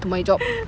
to my job